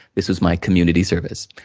this was my community service.